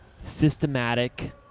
systematic